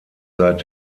seit